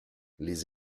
les